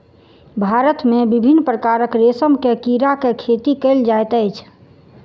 भारत मे विभिन्न प्रकारक रेशम के कीड़ा के खेती कयल जाइत अछि